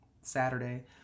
Saturday